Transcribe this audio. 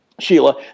Sheila